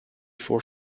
for